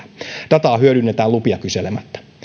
dataa hyödynnetään lupia kyselemättä